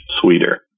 sweeter